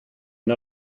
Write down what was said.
and